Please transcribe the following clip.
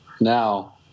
now